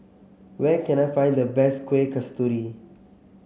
where can I find the best Kuih Kasturi